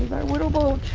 our little boat